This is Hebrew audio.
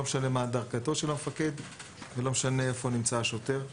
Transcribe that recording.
לא משנה מה דרגתו של המפקד ולא משנה איפה נמצא השוטר.